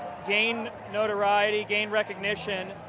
gain notoriety, gain recognition,